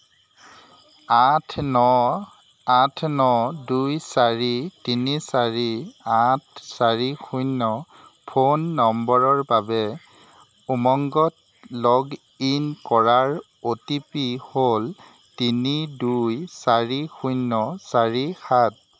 আঠ ন আঠ ন দুই চাৰি তিনি চাৰি আঠ চাৰি শূন্য ফোন নম্বৰৰ বাবে উমংগত লগ ইন কৰাৰ অ' টি পি হ'ল তিনি দুই চাৰি শূন্য চাৰি সাত